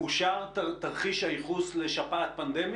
אושר תרחיש הייחוס לשפעת פנדמית?